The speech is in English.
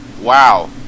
Wow